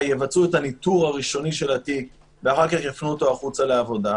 יבצעו את הניטור הראשוני של התיק ואז יפנו אותו החוצה לעבודה,